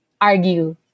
argue